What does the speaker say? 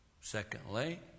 Secondly